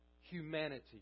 Humanity